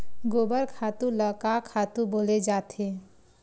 गोबर खातु ल का खातु बोले जाथे?